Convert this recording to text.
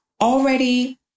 already